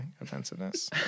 offensiveness